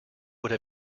would